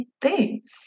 Boots